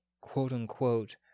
quote-unquote